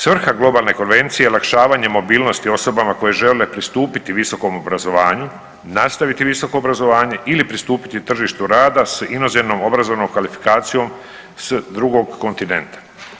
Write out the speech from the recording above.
Svrha Globalne konvencije je olakšavanje mobilnosti osobama koje žele pristupiti visokom obrazovanju, nastaviti visoko obrazovanje ili pristupiti tržištu rada sa inozemnom obrazovnom kvalifikacijom s drugog kontinenta.